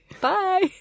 Bye